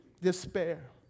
despair